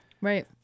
Right